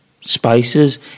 spices